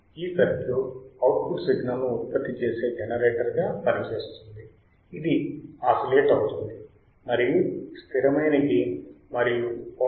ఈ circuit output సిగ్నల్ను ఉత్పత్తి చేసే జనరేటర్ గా పనిచేస్తుంది ఇది ఆసిలేట్ అవుతుందిమరియు స్థిరమైన గెయిన్ మరియు పౌన